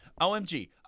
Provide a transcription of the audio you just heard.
omg